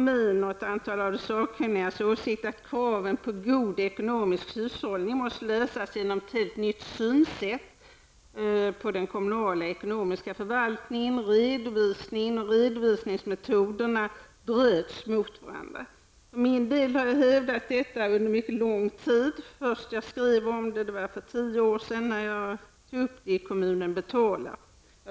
Min och ett antal av de sakkunnigas åsikt, att kraven på god ekonomisk hushållnng måste lösas genom ett helt nytt synsätt på den kommunala ekonomiska förvaltningen, på redovisningen och på redovisningsmetoderna, bröts mot varandra. Själv har jag hävdat detta under mycket lång tid. Första gången jag skrev om det var för tio år sedan. Jag sade